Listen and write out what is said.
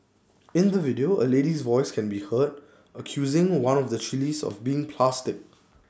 in the video A lady's voice can be heard accusing one of the chillies of being plastic